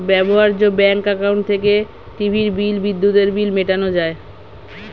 ব্যবহার্য bank account থেকে টিভির বিল, বিদ্যুতের বিল মেটানো যায়